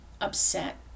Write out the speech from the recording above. upset